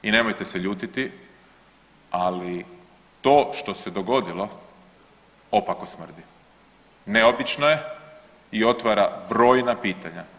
I nemojte se ljutiti, ali to što se dogodilo opako smrti neobična je i otvara brojna pitanja.